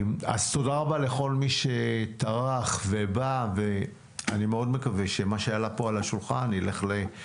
תודה רבה לכל מי שטרח ובא ואני מאוד מקווה שנעבור לעשייה.